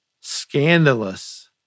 scandalous